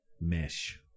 mesh